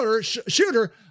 shooter